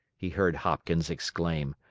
he heard hopkins exclaim.